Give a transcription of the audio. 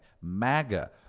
MAGA